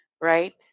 right